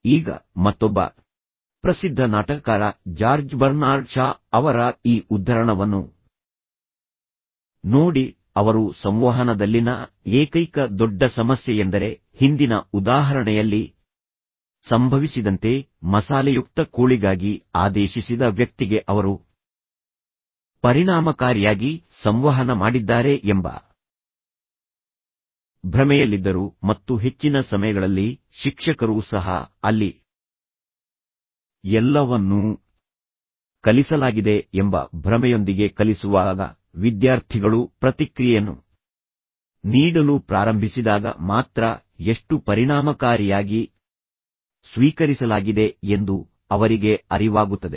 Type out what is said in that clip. ಈಗ ಮತ್ತೊಬ್ಬ ಪ್ರಸಿದ್ಧ ನಾಟಕಕಾರ ಜಾರ್ಜ್ ಬರ್ನಾರ್ಡ್ ಷಾ ಅವರ ಈ ಉದ್ಧರಣವನ್ನು ನೋಡಿ ಅವರು ಸಂವಹನದಲ್ಲಿನ ಏಕೈಕ ದೊಡ್ಡ ಸಮಸ್ಯೆಯೆಂದರೆ ಹಿಂದಿನ ಉದಾಹರಣೆಯಲ್ಲಿ ಸಂಭವಿಸಿದಂತೆ ಮಸಾಲೆಯುಕ್ತ ಕೋಳಿಗಾಗಿ ಆದೇಶಿಸಿದ ವ್ಯಕ್ತಿಗೆ ಅವರು ಪರಿಣಾಮಕಾರಿಯಾಗಿ ಸಂವಹನ ಮಾಡಿದ್ದಾರೆ ಎಂಬ ಭ್ರಮೆಯಲ್ಲಿದ್ದರು ಮತ್ತು ಹೆಚ್ಚಿನ ಸಮಯಗಳಲ್ಲಿ ಶಿಕ್ಷಕರು ಸಹ ಅಲ್ಲಿ ಎಲ್ಲವನ್ನೂ ಕಲಿಸಲಾಗಿದೆ ಎಂಬ ಭ್ರಮೆಯೊಂದಿಗೆ ಕಲಿಸುವಾಗ ವಿದ್ಯಾರ್ಥಿಗಳು ಪ್ರತಿಕ್ರಿಯೆಯನ್ನು ನೀಡಲು ಪ್ರಾರಂಭಿಸಿದಾಗ ಮಾತ್ರ ಎಷ್ಟು ಪರಿಣಾಮಕಾರಿಯಾಗಿ ಸ್ವೀಕರಿಸಲಾಗಿದೆ ಎಂದು ಅವರಿಗೆ ಅರಿವಾಗುತ್ತದೆ